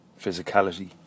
physicality